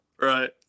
right